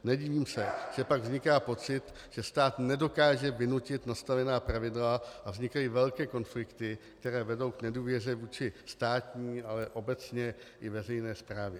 Nedivím se, že pak vzniká pocit, že stát nedokáže vynutit nastavená pravidla a vznikají velké konflikty, které vedou k nedůvěře vůči státní, ale obecně i veřejné správě.